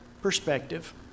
perspective